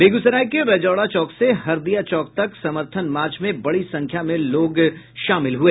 बेगूसराय के रजौड़ा चौक से हरदिया चौक तक समर्थन मार्च में बड़ी संख्या में लोग इसमें शामिल हुए